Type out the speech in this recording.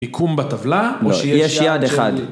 מיקום בטבלה כמו שיש. יש יעד אחד.